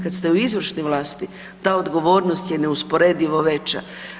Kad ste u izvršnoj vlasti ta odgovornost je neusporedivo veća.